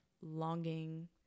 longing